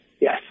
Yes